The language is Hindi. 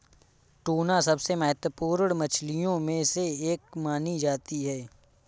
टूना सबसे महत्त्वपूर्ण मछलियों में से एक मानी जाती है